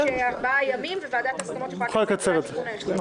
ארבעה ימים וועדת הסכמות שיכולה לקצר את זה.